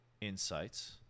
insights